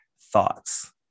thoughts